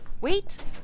Wait